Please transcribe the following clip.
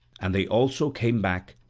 and they also came back,